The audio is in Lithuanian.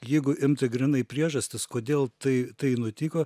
jeigu imti grynai priežastis kodėl tai tai nutiko